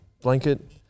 blanket